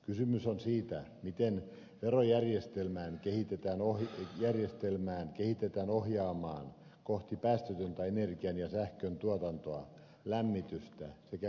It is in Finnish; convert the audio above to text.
kysymys on siitä miten verojärjestelmää kehitetään ohjaamaan kohti päästötöntä energian ja sähköntuotantoa lämmitystä sekä liikennettä